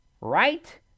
right